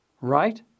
right